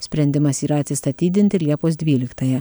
sprendimas yra atsistatydinti liepos dvyliktąją